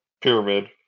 pyramid